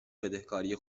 بدهکاری